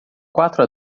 quatro